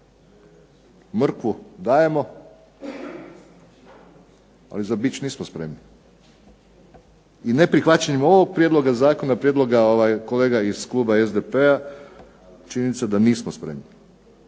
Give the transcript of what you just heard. Mrkvu dajemo, ali za bič nismo spremni. I neprihvaćanjem ovog prijedloga zakona, prijedloga kolega iz kluba SDP-a čini se da nismo spremni.